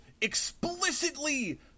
explicitly